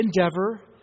endeavor